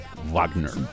Wagner